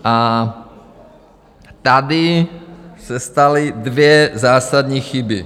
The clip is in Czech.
A tady se staly dvě zásadní chyby.